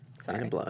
Sorry